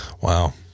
Wow